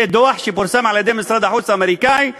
זה דוח שפורסם על-ידי משרד החוץ האמריקני,